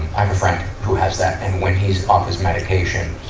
i have a friend who has that. and when he's off his medication, he,